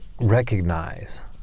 recognize